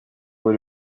buri